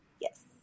Yes